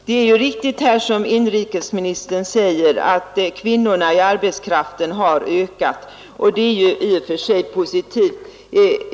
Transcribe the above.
Det är riktigt som inrikesministern säger, att kvinnorna i arbetskraften har ökat, och det är i och för sig positivt.